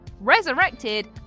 resurrected